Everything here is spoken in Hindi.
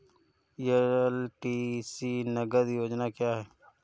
एल.टी.सी नगद योजना क्या है?